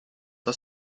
aus